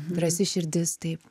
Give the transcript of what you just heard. drąsi širdis taip